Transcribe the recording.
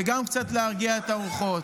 וגם קצת להרגיע את הרוחות.